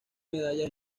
medallas